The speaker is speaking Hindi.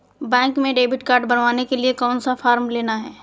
बैंक में डेबिट कार्ड बनवाने के लिए कौन सा फॉर्म लेना है?